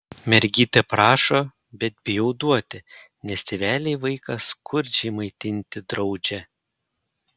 mergytė prašo bet bijau duoti nes tėveliai vaiką skurdžiai maitinti draudžia